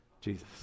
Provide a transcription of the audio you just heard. Jesus